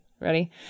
Ready